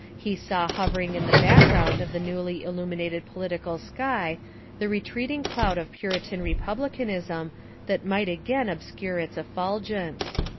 he saw hovering in the background of the newly illu minated political sky the retreating cloud of puritan republicanism that might again obscure its effulgence.